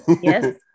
Yes